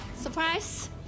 Surprise